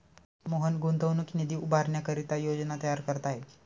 मोहन गुंतवणूक निधी उभारण्याकरिता योजना तयार करत आहे